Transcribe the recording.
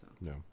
No